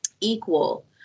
Equal